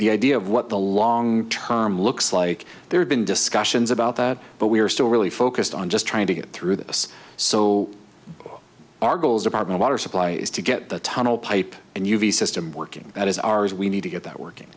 the idea of what the long term looks like there have been discussions about that but we're still really focused on just trying to get through this so our goals department water supply is to get the tunnel pipe and u v system working that is ours we need to get that working